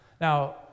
Now